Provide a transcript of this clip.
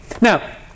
Now